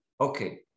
Okay